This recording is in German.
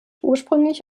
ursprünglich